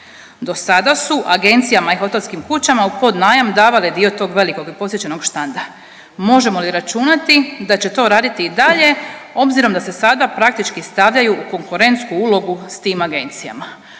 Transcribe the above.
Do sada su agencijama i hotelskim kućama u podnajam davale dio tog velikog i posjećenog štanda. Možemo li računati da će to raditi i dalje obzirom da se sada praktički stavljaju u konkurentsku ulogu s tim agencijama?